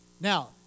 Now